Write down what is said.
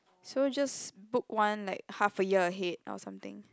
so you just book one like half a year ahead or something